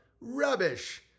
rubbish